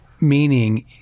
meaning